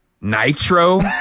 Nitro